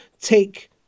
take